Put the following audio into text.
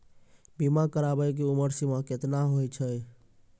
बीमा कराबै के उमर सीमा केतना होय छै?